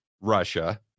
Russia